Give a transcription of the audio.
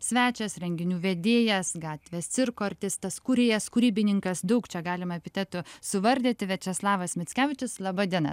svečias renginių vedėjas gatvės cirko artistas kūrėjas kūrybininkas daug čia galima epitetų suvardyti viačeslavas mickevičius laba diena